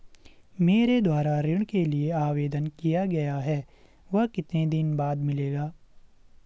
मेरे द्वारा ऋण के लिए आवेदन किया गया है वह कितने दिन बाद मिलेगा?